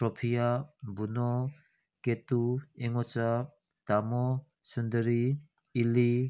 ꯁꯣꯐꯤꯌꯥ ꯒꯨꯅꯣ ꯀꯦꯇꯨ ꯏꯉꯣꯆꯥ ꯇꯥꯃꯣ ꯁꯨꯟꯗꯔꯤ ꯏꯜꯂꯤ